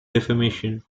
defamation